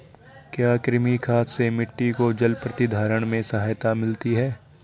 क्या कृमि खाद से मिट्टी को जल प्रतिधारण में सहायता मिलती है?